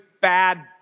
bad